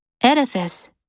Edifice